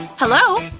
hello?